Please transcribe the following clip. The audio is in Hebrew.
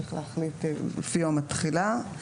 וצריך להחליט לפי יום התחילה,